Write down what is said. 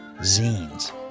zines